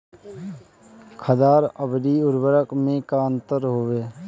खादर अवरी उर्वरक मैं का अंतर हवे?